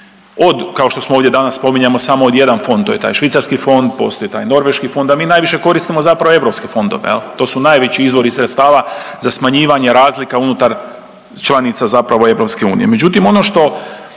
od kao što smo ovdje danas spominjemo samo jedan fond to je taj švicarski fond, postoji taj norveški fond, a mi najviše koristimo zapravo europske fondove, to su najveći izvori sredstava za smanjivanje razlika unutar članica EU. Međutim,